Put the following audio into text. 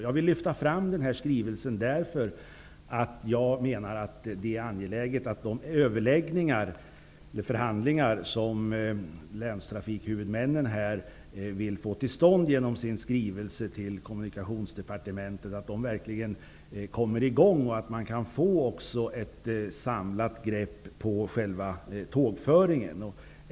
Jag vill lyfta fram den här skrivelsen därför att jag menar att det är angeläget att de överläggningar eller förhandlingar som länstrafikhuvudmännen vill få till stånd genom sin skrivelse till Kommunikationsdepartementet verkligen kommer i gång. Det är också angeläget att man kan få ett samlat grepp på själva tågföringen.